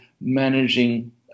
managing